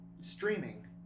streaming